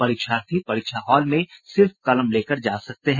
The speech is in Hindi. परीक्षार्थी परीक्षा हॉल में सिर्फ कलम ही ले जा सकते हैं